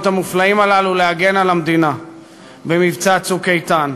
המופלאים הללו להגן על המדינה במבצע "צוק איתן".